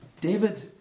David